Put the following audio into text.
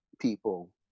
people